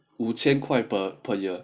五千块 per per year